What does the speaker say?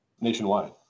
nationwide